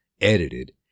edited